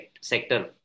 sector